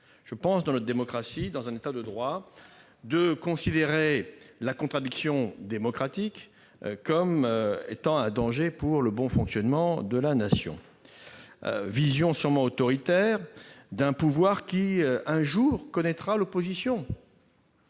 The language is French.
irresponsable dans notre démocratie, dans un État de droit, de considérer la contradiction démocratique comme un danger pour le bon fonctionnement de la Nation. Il s'agit d'une vision autoritaire d'un pouvoir qui un jour connaîtra l'opposition.